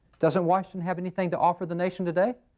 doesn't washington have anything to offer the nation today?